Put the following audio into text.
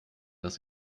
dass